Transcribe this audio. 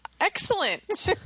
Excellent